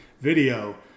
video